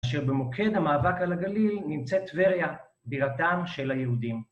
אשר במוקד המאבק על הגליל נמצאת טבריה, בירתם של היהודים.